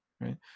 right